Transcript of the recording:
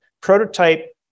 Prototype